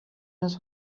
his